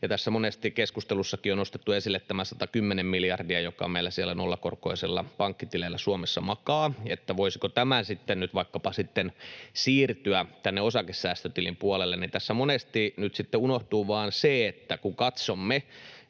on tässä keskustelussakin nostettu esille tämä 110 miljardia, jotka meillä siellä nollakorkoisilla pankkitileillä Suomessa makaavat, että voisiko vaikkapa nämä nyt sitten siirtyä tänne osakesäästötilin puolelle. Tässä monesti nyt sitten unohtuu vain se, että kun katsomme,